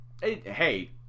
hey